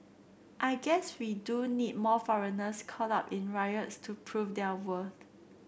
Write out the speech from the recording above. I guess we do need more foreigners caught up in riots to prove their worth